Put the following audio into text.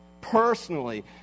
personally